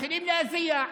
מתחילים להזיע,